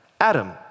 Adam